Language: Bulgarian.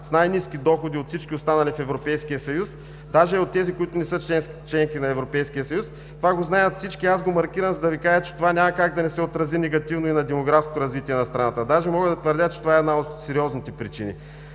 с най-ниски доходи, от всички останали в Европейския съюз, даже и от тези, които не са членки на Европейския съюз. Това го знаят всички! Аз го маркирам, за да Ви кажа, че това няма как да не се отрази негативно и на демографското развитие на страната, даже може да твърдя, че това е една от сериозните причини.